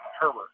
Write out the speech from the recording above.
Herbert